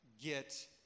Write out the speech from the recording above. get